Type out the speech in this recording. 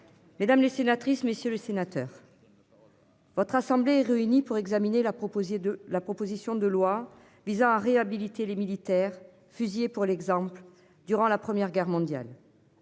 Mesdames les sénatrices messieurs le sénateur. Votre assemblée réunie pour examiner la proposer de la proposition de loi visant à réhabiliter les militaires fusillés pour l'exemple. Durant la première guerre mondiale.